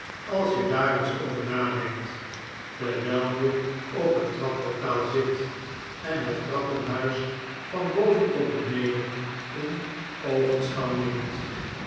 als jedaar eens over nadenkt terwijl je op het trapportaal zit en het trappenhuis van boven tot beneden in oogenschouw neemt